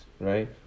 right